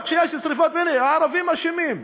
רק יש שרפות, הנה, הערבים אשמים.